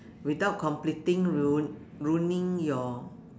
without completing ruin~ ruining your